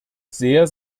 sehr